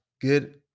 good